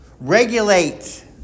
regulate